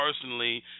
personally